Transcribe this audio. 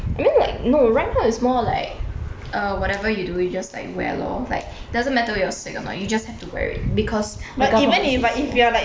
I mean like no right now is more like err whatever you do you just like wear lor like doesn't matter you're sick or not you just have to wear it because because of this co~